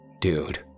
Dude